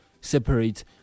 separate